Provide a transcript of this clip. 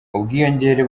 ubwiyongere